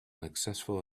unsuccessful